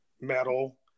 metal